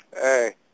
Hey